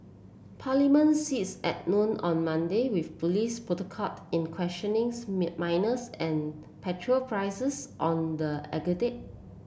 parliament sits at noon on Monday with police protocol in questioning minors and petrol prices on the